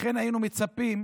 לכן היינו מצפים,